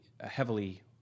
heavily